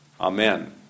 Amen